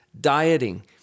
dieting